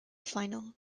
final